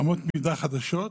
אמות מידה חדשות.